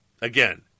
Again